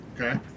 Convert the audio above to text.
Okay